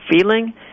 feeling